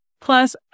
Plus